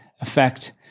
effect